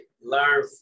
learn